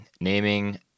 naming